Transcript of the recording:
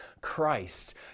Christ